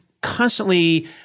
constantly